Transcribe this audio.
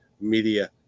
media